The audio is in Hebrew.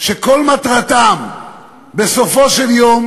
שכל מטרתן בסופו של יום